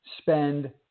spend